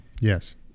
Yes